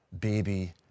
baby